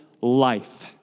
life